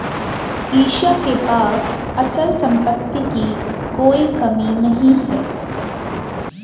ईशा के पास अचल संपत्ति की कोई कमी नहीं है